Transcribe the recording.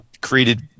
created